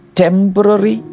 temporary